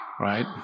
right